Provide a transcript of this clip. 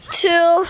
two